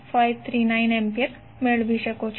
539 A મેળવી શકો છો